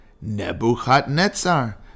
Nebuchadnezzar